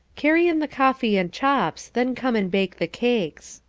carry in the coffee and chops, then come and bake the cakes.